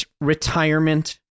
retirement